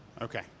Okay